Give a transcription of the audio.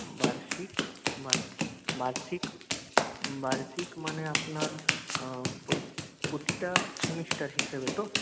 বার্ষিক বার্ষিক মানে আপনার প্রতিটা সেমেস্টার হিসেবে তো